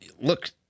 look